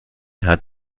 hat